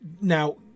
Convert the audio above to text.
now